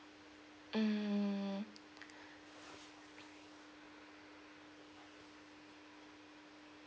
mm